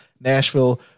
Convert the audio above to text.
Nashville